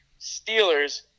Steelers